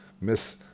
miss